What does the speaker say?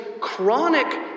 chronic